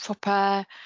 proper